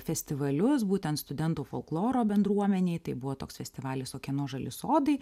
festivalius būtent studentų folkloro bendruomenėj tai buvo toks festivalis o kieno žali sodai